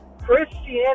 Christianity